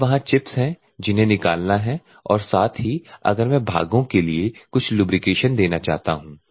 अगर वहाँ चिप्स है जिन्हें निकाला जाना है और साथ ही अगर मैं भागों के लिए कुछ लुब्रिकेशन देना चाहते हूँ